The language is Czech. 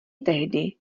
tehdy